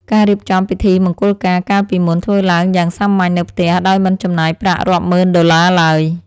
ការរៀបចំពិធីមង្គលការកាលពីមុនធ្វើឡើងយ៉ាងសាមញ្ញនៅផ្ទះដោយមិនចំណាយប្រាក់រាប់ម៉ឺនដុល្លារឡើយ។